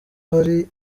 hari